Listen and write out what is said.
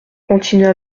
continua